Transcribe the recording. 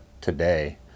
today